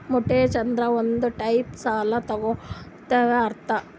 mortgage ಅಂದುರ್ ಒಂದ್ type ಸಾಲ ತಗೊಳದಂತ್ ಅರ್ಥ